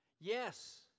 yes